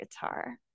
guitar